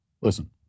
Listen